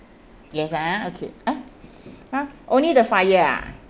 yes ah okay !huh! !huh! only the fire ah